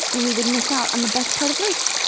then we would miss out on the best part of life,